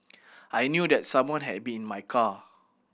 I knew that someone had been in my car